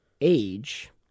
age